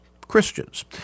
Christians